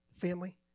family